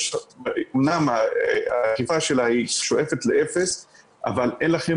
אמנם האכיפה שלה שואפת לאפס אבל אין לכם